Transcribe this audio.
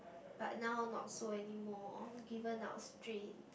but now not so anymore given our strained